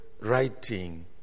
writing